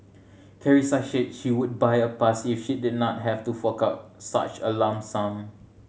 Carissa said she would buy a pass if she did not have to fork out such a lump sum